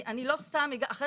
אחרי